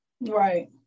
right